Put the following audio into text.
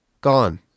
gone